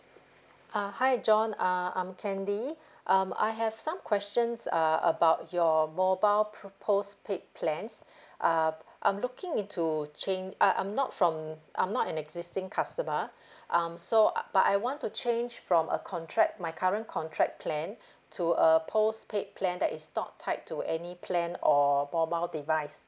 uh hi john uh I'm candy um I have some questions uh about your mobile pru~ postpaid plans uh I'm looking into change uh I'm not from I'm not an existing customer um so uh but I want to change from a contract my current contract plan to a postpaid plan that is not tied to any plan or mobile device